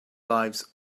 lives